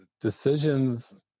decisions